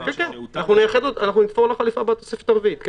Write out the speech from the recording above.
נתפור להם חליפה בתוספת הרביעית.